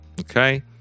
Okay